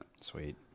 sweet